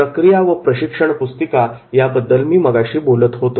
प्रक्रिया व प्रशिक्षण पुस्तिका याबद्दल मी मगाशी बोलत होतो